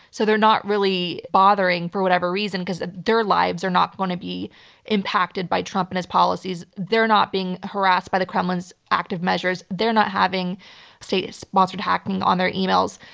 so they're not really bothering for whatever reason, because their lives are not going to be impacted by trump and his policies. they're not being harassed by the kremlin's active measures. they're not having state-sponsored hacking on their emails.